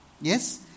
Yes